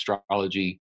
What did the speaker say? astrology